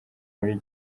muri